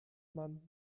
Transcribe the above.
man